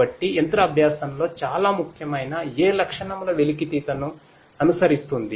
కాబట్టి యంత్ర అభ్యాసంలో చాలా ముఖ్యమైన ఏ లక్షణముల వెలికితీతను అనుసరిస్తుంది